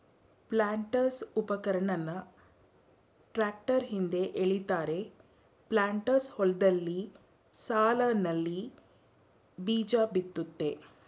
ಪ್ಲಾಂಟರ್ಸ್ಉಪಕರಣನ tractor ಹಿಂದೆ ಎಳಿತಾರೆ planters ಹೊಲ್ದಲ್ಲಿ ಸಾಲ್ನಲ್ಲಿ ಬೀಜಬಿತ್ತುತ್ತೆ